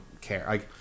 care